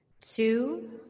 two